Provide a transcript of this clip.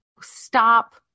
stop